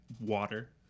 water